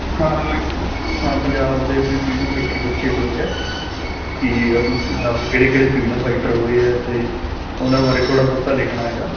ਹਾਂ ਉਹ ਹਾਂ ਪੰਜਾਬ ਦੇ ਆਪਣੇ ਫਰੀਡਮ ਫਾਈਟਰ ਪੁੱਛੇ ਹੋਏ ਆ ਕਿ ਆਪਣੇ ਪੰਜਾਬ ਦੇ ਕਿਹੜੇ ਕਿਹੜੇ ਫੀਡਮ ਫਾਈਟਰ ਹੋਏ ਆ ਤੇ ਉਹਨਾਂ ਬਾਰੇ ਥੋੜਾ ਬਹੁਤਾ ਲਿਖਣਾ ਹੈਗਾ